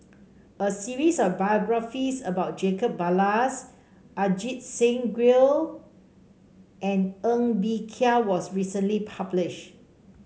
a series of biographies about Jacob Ballas Ajit Singh Gill and Ng Bee Kia was recently published